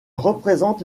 représente